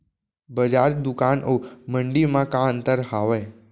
बजार, दुकान अऊ मंडी मा का अंतर हावे?